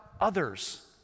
others